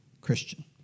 Christian